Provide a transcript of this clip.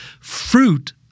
fruit